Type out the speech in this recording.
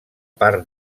part